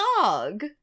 dog